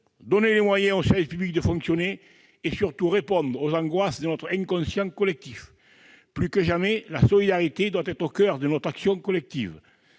donner les moyens aux services publics de fonctionner et, surtout, répondre aux angoisses de notre inconscient collectif. Plus que jamais, la solidarité doit être au coeur de notre action collective.